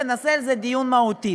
ונקיים על זה דיון מהותי.